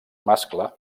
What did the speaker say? mascle